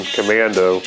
Commando